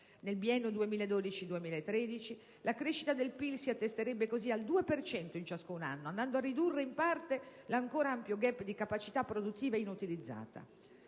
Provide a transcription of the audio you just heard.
Nel biennio 2012-2013, la crescita del PIL si attesterebbe così al 2 per cento in ciascun anno, andando a ridurre in parte l'ancor ampio *gap* di capacità produttiva inutilizzata.